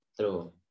True